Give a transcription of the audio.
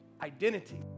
identity